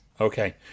Okay